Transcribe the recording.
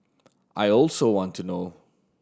I also want to know